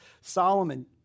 Solomon